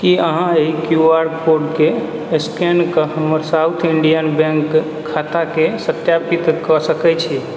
की अहाँ एहि Q R कोडके स्कैन कऽ हमर साउथ इंडियन बैंक खाताके सत्यापित कऽ सकैत छी